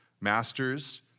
Masters